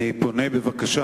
אני פונה בבקשה